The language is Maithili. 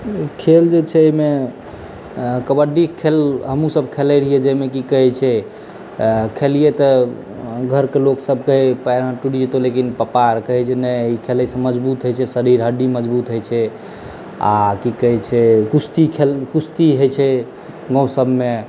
खेल जे छै एहिमे कबड्डी खेल हमहूँसभ खेलैत रहियै जाहिमे की कहैत छै खेललियै तऽ घरके लोकसभ कहै पएर हाथ टूटि जेतहु लेकिन पापा आर कहै जे नहि ई खेलयसँ मजबूत होइत छै शरीर हड्डी मजबूत होइत छै आ की कहैत छै कुश्ती खेल कुश्ती होइत छै गाँवसभमे